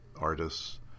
artists